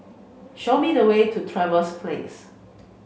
show me the way to Trevose Place